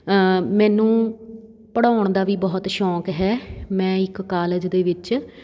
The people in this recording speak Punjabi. ਮੈਨੂੰ ਪੜ੍ਹਾਉਣ ਦਾ ਵੀ ਬਹੁਤ ਸ਼ੌਕ ਹੈ ਮੈਂ ਇੱਕ ਕਾਲਜ ਦੇ ਵਿੱਚ